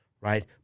Right